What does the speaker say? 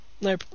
No